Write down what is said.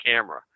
camera